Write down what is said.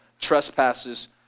trespasses